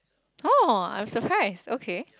!oh! I'm surprised okay